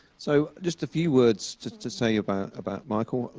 so just a few words to to say about about michael. i